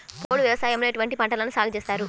పోడు వ్యవసాయంలో ఎటువంటి పంటలను సాగుచేస్తారు?